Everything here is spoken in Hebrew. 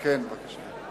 כן, בבקשה.